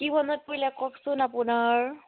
কি মনত পৰিলে কওকচোন আপোনাৰ